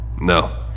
no